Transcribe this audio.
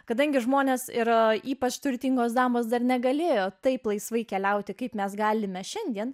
kadangi žmonės yra ypač turtingos damos dar negalėjo taip laisvai keliauti kaip mes galime šiandien